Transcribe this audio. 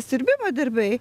siurbimo darbai